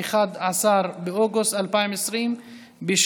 11 באוגוסט 2020,